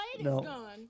No